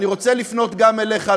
אני רוצה לפנות גם אליך,